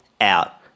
out